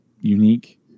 unique